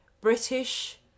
British